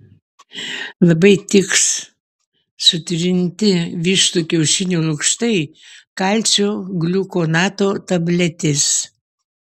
labai tiks sutrinti vištų kiaušinių lukštai kalcio gliukonato tabletės